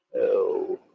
oh.